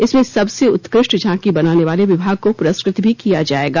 इसमें सबसे उत्कृष्ट झांकी बनाने वाले विभाग को पुरस्कृत भी किया जाएगा